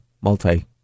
multi